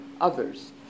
others